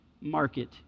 market